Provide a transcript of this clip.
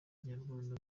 nyarwanda